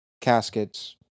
caskets